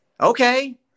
Okay